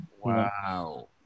wow